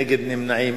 אין נגד ואין נמנעים.